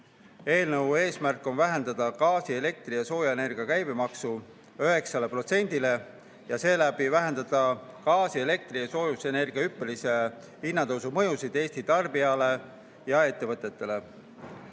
Eelnõu eesmärk on vähendada gaasi, elektri ja soojusenergia käibemaksu 9%‑le ja seeläbi vähendada gaasi, elektri ja soojusenergia hinna hüppelise tõusu mõjusid Eesti tarbijatele ja ettevõtetele.